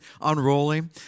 unrolling